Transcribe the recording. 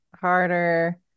harder